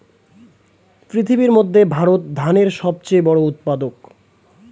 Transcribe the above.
পৃথিবীর মধ্যে ভারত ধানের সবচেয়ে বড় উৎপাদক